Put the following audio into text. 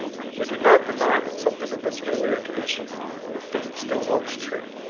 we do not deny that something of this earlier condition of things still holds true.